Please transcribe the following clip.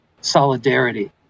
solidarity